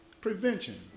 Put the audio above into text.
Prevention